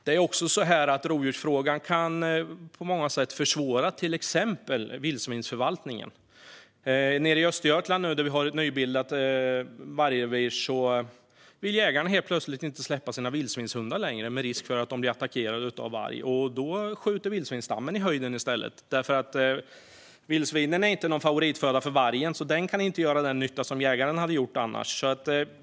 Det är också så att rovdjursfrågan på många sätt kan försvåra till exempel vildsvinsförvaltningen. Nere i Östergötland, där vi har ett nybildat vargrevir, vill jägarna helt plötsligt inte längre släppa sina vildsvinshundar på grund av risken för att de ska bli attackerade av varg. Då skjuter vildsvinsstammen i höjden i stället. Vildsvinen är inte någon favoritföda för vargen, så den kan inte göra den nytta som jägaren annars hade gjort.